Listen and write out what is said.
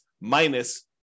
minus